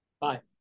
Bye